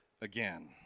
again